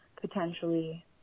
Potentially